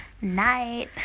night